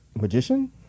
magician